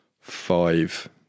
five